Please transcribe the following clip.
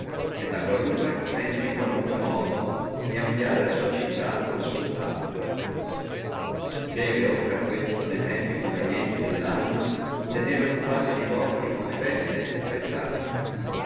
et a qualunque pensa in qualunque modo ampliare la sua città o il suo stato debbe oltre a questo ne tempi convenienti dellanno tenere occupati e populi con le feste e spettaculi